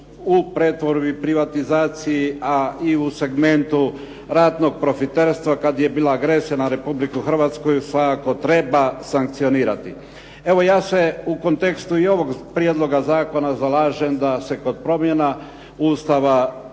u pretvorbi privatizaciji, a i u segmentu ratnog profiterstva kad je bila agresija na Republiku Hrvatsku se ako treba sankcionirati. Evo, ja se u kontekstu i ovog prijedloga zakona zalažem da se kod promjena Ustava